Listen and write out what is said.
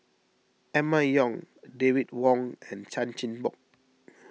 Emma Yong David Wong and Chan Chin Bock